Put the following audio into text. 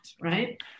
Right